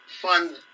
fund